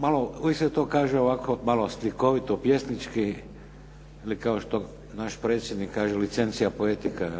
Malo, uvijek se to kaže, ovako malo slikovito, pjesnički, ili kao što nas predsjednik kaže licencija-poetika,